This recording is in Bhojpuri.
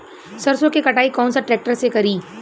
सरसों के कटाई कौन सा ट्रैक्टर से करी?